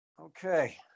Okay